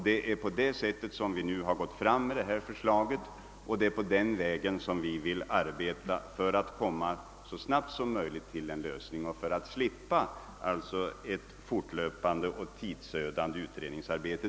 Det är därför vi nu gått fram med detta förslag och det är på den vägen vi vill arbeta för att så snabbt som möjligt komma till en lösning och för att slippa ett fortlöpande och tidsödande utredningsarbete.